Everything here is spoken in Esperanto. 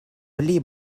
pli